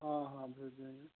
हाँ हाँ भेजे देंगे